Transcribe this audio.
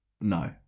No